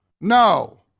No